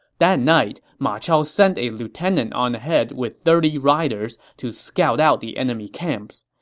that night, ma chao sent a lieutenant on ahead with thirty riders to scout out the enemy camps.